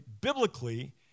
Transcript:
biblically